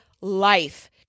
life